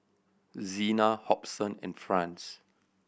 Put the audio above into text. Zena Hobson and Franz